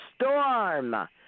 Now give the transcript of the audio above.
storm